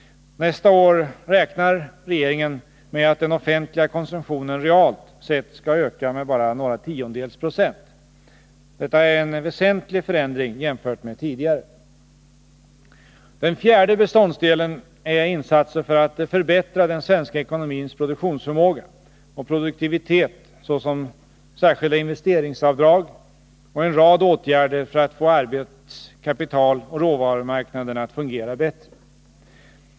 Nästa år räknar regeringen med att den offentliga konsumtionen realt sett skall öka med bara några tiondels procent. Detta är en väsentlig förändring jämfört med tidigare. Den fjärde beståndsdelen är insatser för att förbättra den svenska ekonomins produktionsförmåga och produktivitet, såsom särskilda investeringsavdrag och en rad åtgärder för att få arbets-, kapitaloch råvarumarknaderna att fungera bättre.